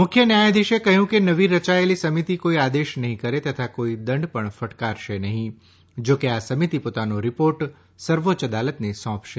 મુખ્ય ન્યાયાધીશે કહ્યું કે નવી રયાયેલી સમીતિ કોઇ આદેશ નહીં કરે તથા કોઇ દંડ પણ ફટકારશે નહીં જો કે આ સમીતિ પોતાનો રીપોર્ટ સર્વોચ્ય અદાલતને સોંપશે